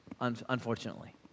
unfortunately